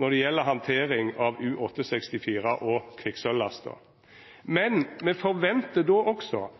når det gjeld handtering av U-864 og kvikksølvlasta, men me forventar då også